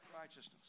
Righteousness